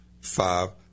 Five